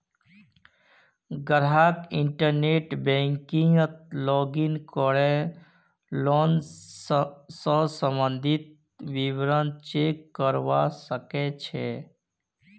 ग्राहक इंटरनेट बैंकिंगत लॉगिन करे लोन स सम्बंधित विवरण चेक करवा सके छै